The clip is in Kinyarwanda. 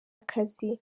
akazi